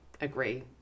agree